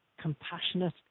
compassionate